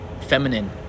feminine